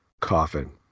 coffin